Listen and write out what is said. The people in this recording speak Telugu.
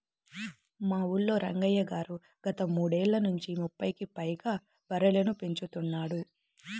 మా ఊల్లో రంగయ్య గారు గత మూడేళ్ళ నుంచి ముప్పైకి పైగా బర్రెలని పెంచుతున్నాడు